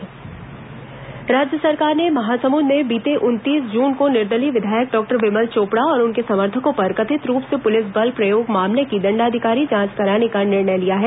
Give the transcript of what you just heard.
महासमुंद दंडाधिकारी जांच राज्य सरकार ने महासमुंद में बीते उन्नीस जून को निर्दलीय विधायक डॉक्टर विमल चोपड़ा और उनके समर्थकों पर कथित रूप से पुलिस बल प्रयोग मामले की दंडाधिकारी जांच कराने का निर्णय लिया है